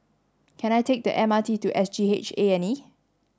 can I take the M R T to S G H A and E